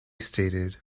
stated